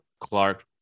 Clark